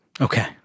Okay